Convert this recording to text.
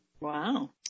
Wow